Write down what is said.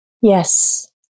Yes